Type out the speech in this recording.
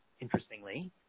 interestingly